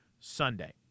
Sunday